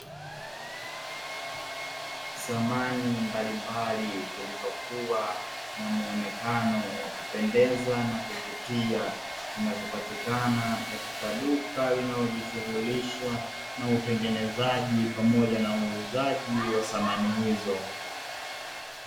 Samani mbalimbali zilizokuwa na muonekano wa kupendeza na kuvutia, zinazopatikana katika duka linalojishughulisha na utengenezaji pamoja na uuzaji wa samani hizo.